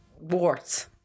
warts